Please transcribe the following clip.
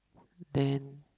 then